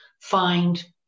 find